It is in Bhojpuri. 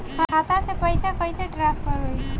खाता से पैसा कईसे ट्रासर्फर होई?